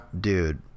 dude